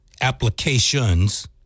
applications